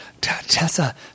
Tessa